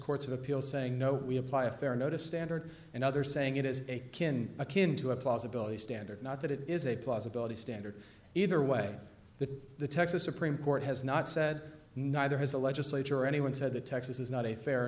courts of appeal saying no we apply a fair notice standard and others saying it is akin akin to a possibility standard not that it is a possibility standard either way the the texas supreme court has not said neither has the legislature or anyone said the texas is not a fair